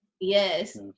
Yes